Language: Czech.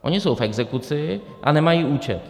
Oni jsou v exekuci a nemají účet.